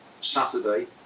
Saturday